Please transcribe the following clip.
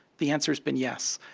the answer's been yes.